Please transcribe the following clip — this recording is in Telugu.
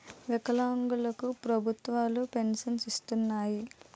వికలాంగులు కు ప్రభుత్వాలు పెన్షన్ను ఇస్తున్నాయి